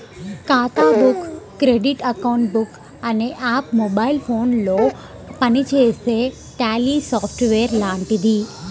ఖాతా book credit account book అనే app mobile ఫోనులో పనిచేసే ట్యాలీ సాఫ్ట్ వేర్ లాంటిది